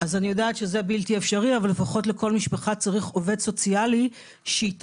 אז אני יודעת שזה בלתי אפשרי אבל לפחות לכל משפחה צריך עובד סוציאלי שיתכלל